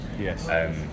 Yes